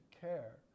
care